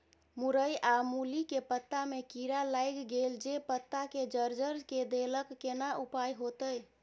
मूरई आ मूली के पत्ता में कीरा लाईग गेल जे पत्ता के जर्जर के देलक केना उपाय होतय?